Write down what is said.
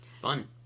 Fun